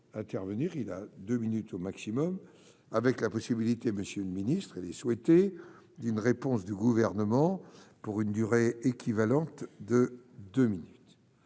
il a 2 minutes au maximum, avec la possibilité, Monsieur le ministre, elle est souhaitée d'une réponse du gouvernement pour une durée équivalente de 2 minutes